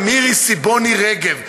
למירי סיבוני-רגב,